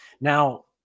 Now